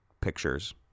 Pictures